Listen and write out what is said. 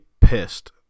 pissed